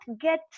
get